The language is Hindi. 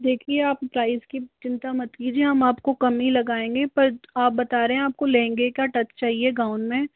देखिए आप प्राइस की चिंता मत कीजिए हम आपको कम ही लगाएंगे पर आप बता रहे हैं आपको लहंगे का टच चाहिये गाउन में